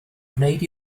gwneud